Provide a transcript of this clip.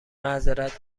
معذرت